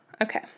Okay